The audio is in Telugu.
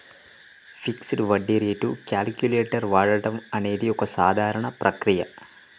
ఫిక్సడ్ వడ్డీ రేటు క్యాలిక్యులేటర్ వాడడం అనేది ఒక సాధారణ ప్రక్రియ